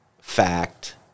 fact